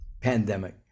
pandemic